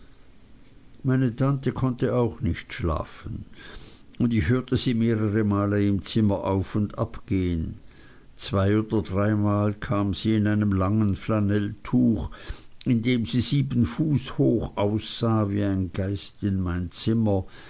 meine tante konnte auch nicht schlafen und ich hörte sie mehrere male im zimmer auf und ab gehen zwei oder dreimal kam sie in einem langen flanelltuch in dem sie sieben fuß hoch aussah wie ein geist in mein zimmer